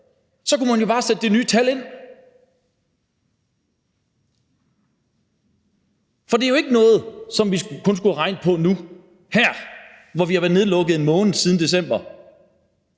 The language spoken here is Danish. så kunne man jo bare sætte det nye tal ind. For det er jo ikke noget, som vi kun har skullet regnet på nu og her, hvor vi har været nedlukket i en måned siden december.